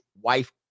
wife